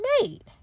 made